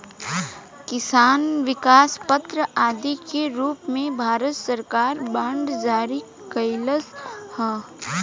किसान विकास पत्र आदि के रूप में भारत सरकार बांड जारी कईलस ह